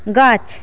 গাছ